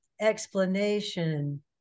explanation